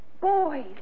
boys